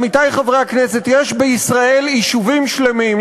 עמיתי חברי הכנסת: יש בישראל יישובים שלמים,